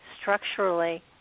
structurally